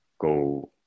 go